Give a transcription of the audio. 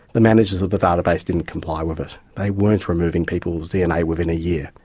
the managers of the database didn't comply with it, they weren't removing people's dna within a year.